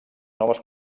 noves